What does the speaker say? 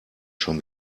schon